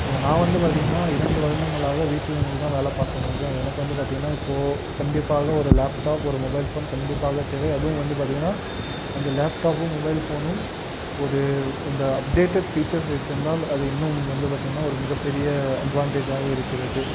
so நான் வந்து பார்த்திங்கன்னா இரண்டு வருடங்களாக வீட்டுலருந்து தான் வேலை பார்த்துன்னு இருக்கேன் எனக்கு வந்து பார்த்திங்கன்னா இப்போ கண்டிப்பாக ஒரு லேப்டாப் ஒரு மொபைல் ஃபோன் கண்டிப்பாக தேவை அதுவும் பார்த்திங்கன்னா அந்த லேப்டாப்பும் மொபைல் ஃபோனும் ஒரு இந்த அப்டேட்டேட் ஃபீச்சர்ஸ் எடுத்துருந்தால் அது இன்னும் வந்து பார்த்திங்கன்னா ஒரு மிகப்பெரிய அட்வான்டேஜாக இருக்கிறது